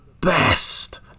best